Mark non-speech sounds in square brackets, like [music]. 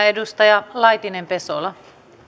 [unintelligible] edustaja laitinen pesola